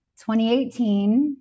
2018